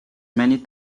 many